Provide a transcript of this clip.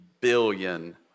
billion